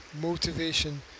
motivation